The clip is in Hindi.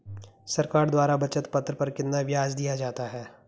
सरकार द्वारा बचत पत्र पर कितना ब्याज दिया जाता है?